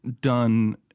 done